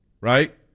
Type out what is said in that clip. Right